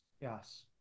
yes